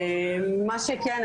מה שכן,